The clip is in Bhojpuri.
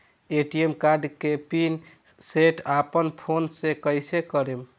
ए.टी.एम कार्ड के पिन सेट अपना फोन से कइसे करेम?